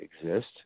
exist